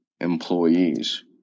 employees